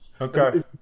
Okay